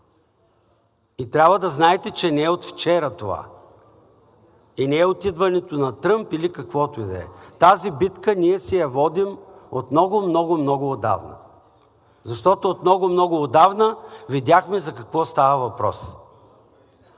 И трябва да знаете, че не е от вчера това. И не е от идването на Тръмп или каквото и да е. Тази битка ние си я водим от много, много, много отдавна. Защото от много, много отдавна видяхме за какво става въпрос.